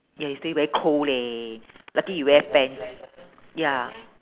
ya yesterday very cold leh lucky you wear pants ya